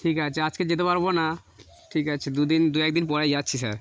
ঠিক আছে আজকে যেতে পারবো না ঠিক আছে দু দিন দু এক দিন পরেই যাচ্ছি স্যার